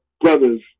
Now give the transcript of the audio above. brothers